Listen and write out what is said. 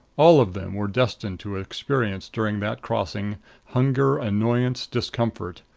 all of them were destined to experience during that crossing hunger, annoyance, discomfort.